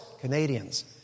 Canadians